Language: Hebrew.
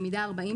במידה 40,